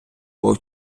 був